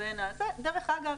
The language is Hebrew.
דרך אגב,